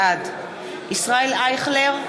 בעד ישראל אייכלר,